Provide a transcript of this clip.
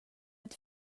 ett